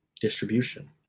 distribution